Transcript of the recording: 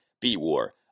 B-War